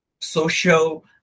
social